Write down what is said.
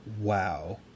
wow